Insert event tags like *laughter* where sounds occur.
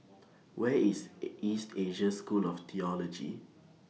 Where IS *hesitation* East Asia School of Theology